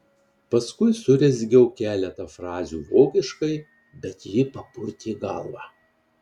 paskui surezgiau keletą frazių vokiškai bet ji papurtė galvą